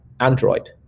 Android